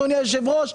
אדוני היושב-ראש,